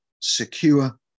secure